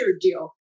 deal